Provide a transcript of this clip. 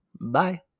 Bye